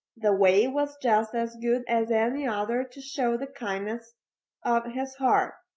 the way was just as good as any other to show the kindness of his heart.